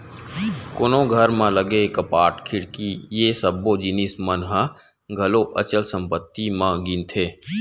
कोनो घर म लगे कपाट, खिड़की ये सब्बो जिनिस मन ह घलो अचल संपत्ति म गिनाथे